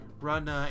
run